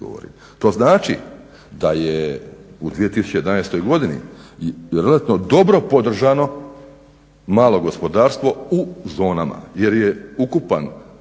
To znači da je u 2011. godini relativno dobro podržano malo gospodarstvo u zonama jer je ukupan